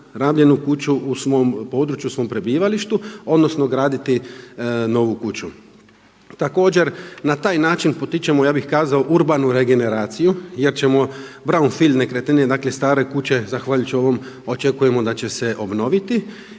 rabljenu kuću u svom području, u svom prebivalištu, odnosno graditi novu kuću. Također na taj način potičemo, ja bih kazao urbanu regeneraciju jer ćemo brownfield nekretnine, dakle stare kuće, zahvaljujući ovom, očekujemo da će se obnoviti